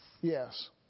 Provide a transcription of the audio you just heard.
Yes